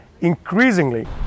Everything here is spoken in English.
Increasingly